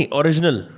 original